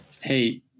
Hey